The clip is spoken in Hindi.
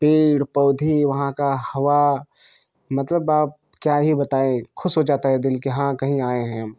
पेड़ पौधे वहाँ का हवा मतलब आप क्या ही बताएँ खुश हो जाता है दिल की हाँ कहीं आए हैं